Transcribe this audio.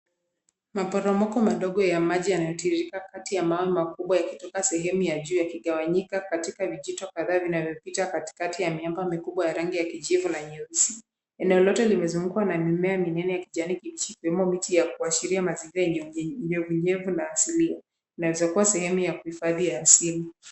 Maporomoko madogo ya maji yanatiririka kati ya mawe makubwa katika sehemu ya juu yamegawanyika katika vijito kadhaa vinavyopita katikati ya miamba mikubwa ya rangi ya kijivu na nyeusi, eneo lote limezungukwa na mimea minene ya kijani kibichi ya kuashiria mazingira yenye unyevunyevu na asili, inawezakua sehemu ya hifadhi asili.